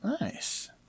Nice